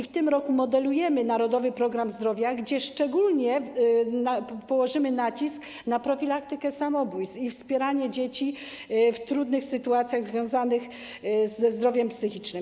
W tym roku modelujemy „Narodowy pogram zdrowia”, gdzie szczególnie kładziemy nacisk na profilaktykę samobójstw i wspieranie dzieci w trudnych sytuacjach związanych ze zdrowiem psychicznym.